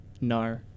No